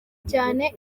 cyane